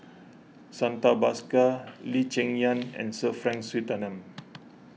Santha Bhaskar Lee Cheng Yan and Sir Frank Swettenham